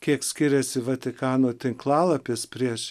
kiek skiriasi vatikano tinklalapis prieš